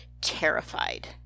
terrified